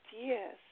yes